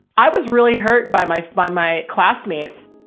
i was really hurt by my, by my classmates,